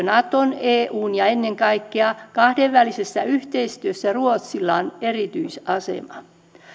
naton ja eun kanssa ja ennen kaikkea kahdenvälisessä yhteistyössä ruotsilla on erityisasema